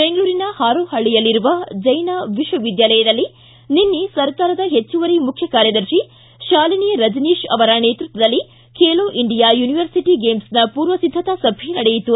ಬೆಂಗಳೂರಿನ ಹಾರೋಹಳ್ಳಯಲ್ಲಿರುವ ಜೈನ್ ವಿಶ್ವವಿದ್ದಾಲಯದಲ್ಲಿ ನಿನ್ನೆ ಸರ್ಕಾರದ ಹೆಚ್ಚುವರಿ ಮುಖ್ಯ ಕಾರ್ಯದರ್ಶಿ ಶಾಲಿನಿ ರಜನೀತ್ ಅವರ ನೇತೃತ್ವದಲ್ಲಿ ಬೇಲೋ ಇಂಡಿಯಾ ಯುನಿವರ್ಸಿಟಿ ಗೇಮ್ಸ್ನ ಪೂರ್ವ ಸಿದ್ಧತಾ ಸಭೆ ನಡೆಯಿತು